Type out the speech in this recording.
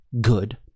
good